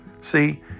See